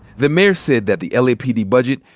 the mayor said that the l. a. p. d. budget,